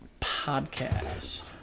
Podcast